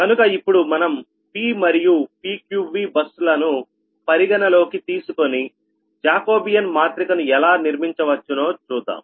కనుక ఇప్పుడు మనం P మరియు PQV బస్ లను పరిగణలోకి తీసుకొని జాకోబియాన్ మాత్రిక ను ఎలా నిర్మించవచ్చునో చూద్దాం